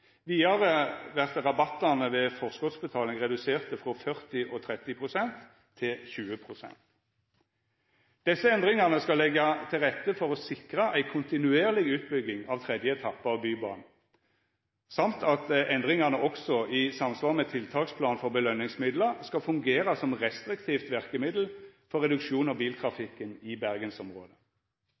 Vidare vert rabattane ved forskottsbetaling reduserte frå 40 og 30 pst. til 20 pst. Desse endringane skal leggja til rette for å sikra ei kontinuerleg utbygging av tredje etappe av Bybanen og at endringane også, i samsvar med tiltaksplan for belønningsmidlar, skal fungera som restriktivt verkemiddel for reduksjon av biltrafikken i Bergensområdet.